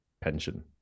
pension